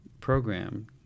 program